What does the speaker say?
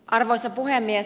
arvoisa puhemies